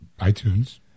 iTunes